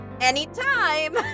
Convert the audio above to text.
anytime